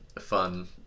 fun